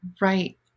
Right